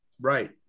Right